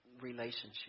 relationship